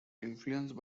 influenced